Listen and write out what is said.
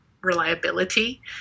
reliability